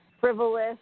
frivolous